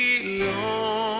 belong